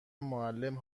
معلم